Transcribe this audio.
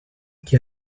que